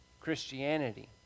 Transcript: Christianity